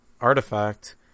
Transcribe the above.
Artifact